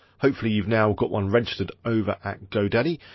hopefully, you've now got one registered over at godaddy.